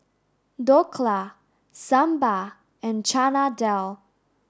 Dhokla Sambar and Chana Dal